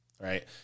right